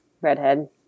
Redhead